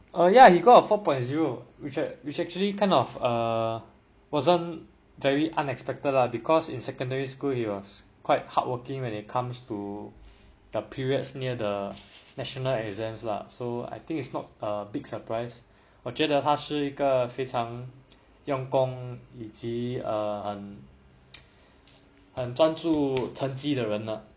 oh ya he got a four point zero which I which actually kind of err wasn't very unexpected lah because in secondary school he was quite hardworking when it comes to the periods near the national exams lah so I think it's not a big surprise 我觉得他是一个非常用工以及很专注成绩的人呢